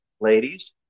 ladies